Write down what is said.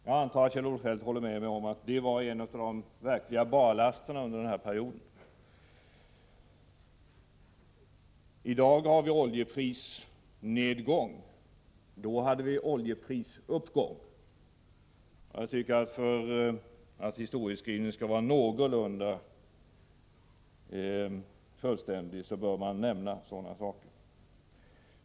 Jag antar att Kjell-Olof Feldt håller med mig om att det var en av de verkliga barlasterna under perioden före 1976. I dag har vi en oljeprisnedgång, medan vi före 1976 hade en oljeprisuppgång. För att historieskrivningen skall vara någorlunda fullständig bör man nämna detta.